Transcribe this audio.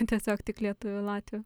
tiesiog tik lietuvių i latvių